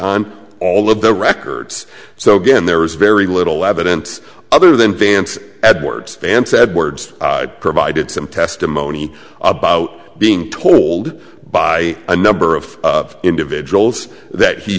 on all of the records so given there was very little evidence other than vance edwards and said words provided some testimony about being told by a number of individuals that he